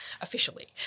officially